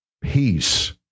peace